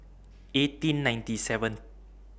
eighteen ninety seven